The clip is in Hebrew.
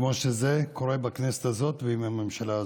כמו שזה קורה בכנסת הזאת ועם הממשלה הזאת,